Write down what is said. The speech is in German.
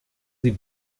sie